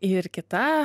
ir kita